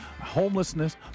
homelessness